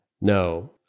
No